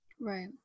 Right